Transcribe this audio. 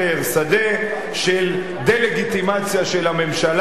שדה של דה-לגיטימציה של הממשלה,